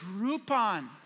Groupon